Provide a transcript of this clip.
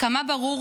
כמה ברור,